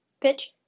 Pitch